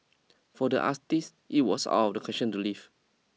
for the us teas it was out of the question to leave